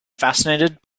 fascinated